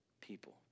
people